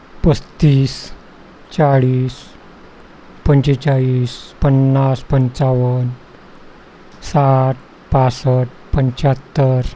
पस्तीस चाळीस पंचेचाळीस पन्नास पंचावन्न साठ पासष्ट पंच्याहत्तर